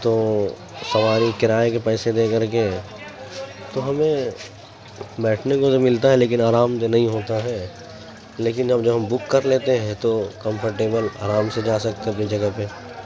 تو سواری کرائے کے پیسے دے کر کے تو ہمیں بیٹھنے کے لیے ملتا ہے لیکن آرام دہ نہیں ہوتا ہے لیکن اب جب ہم بک کر لیتے ہیں تو کمفرٹیبل آرام سے جا سکتے ہیں اپنی جگہ پہ